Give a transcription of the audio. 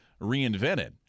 reinvented